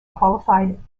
qualified